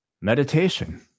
meditation